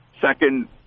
second